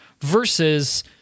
versus